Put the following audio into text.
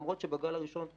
למרות שהגל הראשון כן,